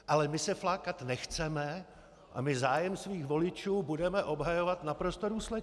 Ale my se flákat nechceme a my zájem svých voličů budeme obhajovat naprosto důsledně.